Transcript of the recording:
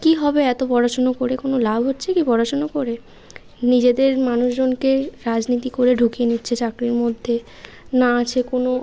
কী হবে এত পড়াশুনো করে কোনো লাভ হচ্ছে কি পড়াশুনো করে নিজেদের মানুষজনকে রাজনীতি করে ঢুকিয়ে নিচ্ছে চাকরির মধ্যে না আছে কোনো